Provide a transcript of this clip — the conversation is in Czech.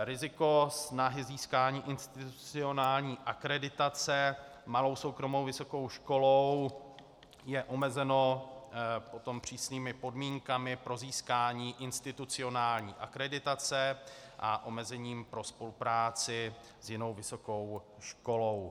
Riziko snahy o získání institucionální akreditace malou soukromou vysokou školou je omezeno potom přísnými podmínkami pro získání institucionální akreditace a omezením pro spolupráci s jinou vysokou školou.